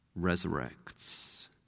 resurrects